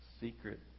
secret